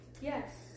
yes